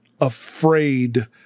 afraid